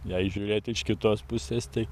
jei žiūrėt iš kitos pusės tai